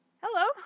Hello